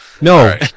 No